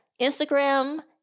Instagram